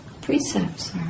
precepts